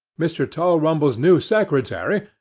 mr. tulrumble's new secretary,